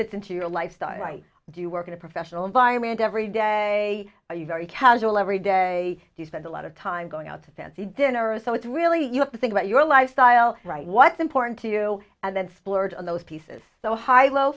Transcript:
fits into your lifestyle i do work in a professional environment every day are you very casual every day do you spend a lot of time going out to a fancy dinner or so it's really you have to think about your lifestyle right what's important to you and then splurge on those pieces so hi lo